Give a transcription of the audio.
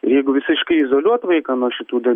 jeigu visiškai izoliuot vaiką nuo šitų da